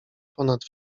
ponad